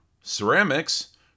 ceramics